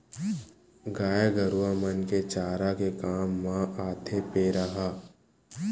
गाय गरुवा मन के चारा के काम म आथे पेरा ह